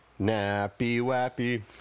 nappy-wappy